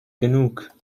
genug